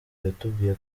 yatubwiye